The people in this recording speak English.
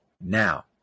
now